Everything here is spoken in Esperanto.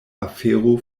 afero